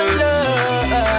love